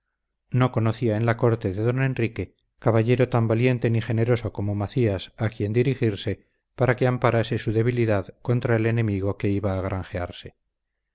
no conocía en la corte de don enrique caballero tan valiente ni generoso como macías a quien dirigirse para que amparase su debilidad contra el enemigo que iba a granjearse